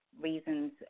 reasons